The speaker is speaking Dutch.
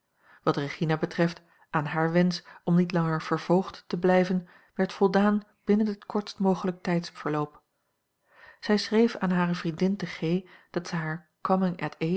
wat regina betreft aan haar wensch om niet langer vervoogd te blijven werd voldaan binnen het kortst mogelijk tijdsverloop zij schreef aan hare vriendin te g dat zij